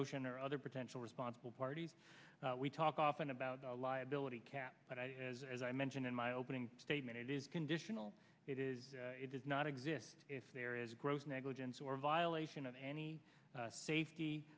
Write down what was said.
ocean or other potential responsible parties we talk often about the liability cap but as i mentioned in my opening statement it is conditional it is it does not exist if there is a gross negligence or violation of any safety